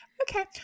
Okay